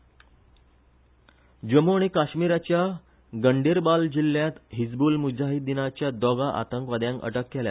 जेके जम्मू आनी काश्मिराच्या गंडेरबाल जिल्ल्यात हिजब्रल मूजाहिदीनाच्या दोगा आतंकवाद्यांक अटक केल्या